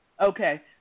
Okay